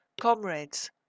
Comrades